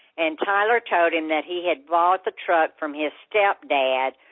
and tyler told him that he had bought the truck from his step-dad,